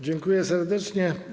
Dziękuję serdecznie.